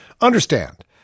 Understand